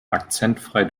akzentfrei